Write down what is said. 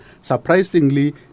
surprisingly